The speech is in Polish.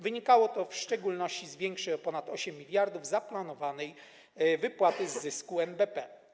Wynikało to w szczególności z większej o ponad 8 mld zaplanowanej wypłaty z zysku NBP.